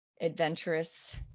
adventurous